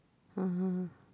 (uh huh)